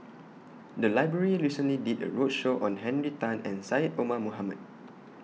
The Library recently did A roadshow on Henry Tan and Syed Omar Mohamed